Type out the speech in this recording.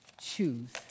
choose